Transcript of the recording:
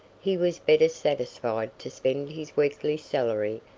he was better satisfied to spend his weakly salary,